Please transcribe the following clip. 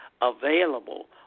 available